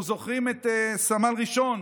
אנחנו זוכרים את סמל ראשון